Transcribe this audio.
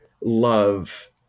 love